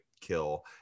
kill